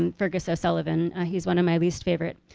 and fergus o'sullivan he's one of my least favorite.